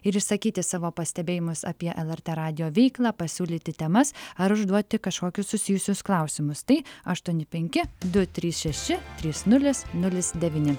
ir išsakyti savo pastebėjimus apie lrt radijo veiklą pasiūlyti temas ar užduoti kažkokius susijusius klausimus tai aštuoni penki du trys šeši trys nulis nulis devyni